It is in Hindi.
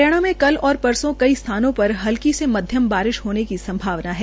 हरियाणा में कल और परसो कई स्थानों पर हल्की से मध्यम बारिश होने की संभावना है